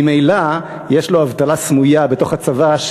ממילא יש לו אבטלה סמויה בתוך הצבא,